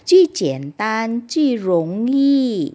最简单最容易